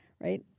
right